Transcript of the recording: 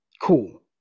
Cool